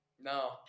No